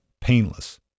painless